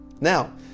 Now